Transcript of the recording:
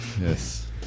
Yes